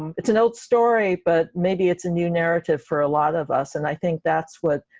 it's an old story but maybe it's a new narrative for a lot of us and i think that's what